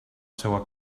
seua